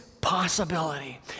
possibility